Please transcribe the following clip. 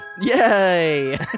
Yay